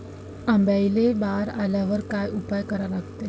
आंब्याले बार आल्यावर काय उपाव करा लागते?